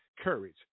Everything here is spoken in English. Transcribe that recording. courage